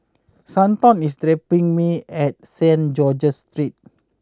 Stanton is dropping me at Saint George's Street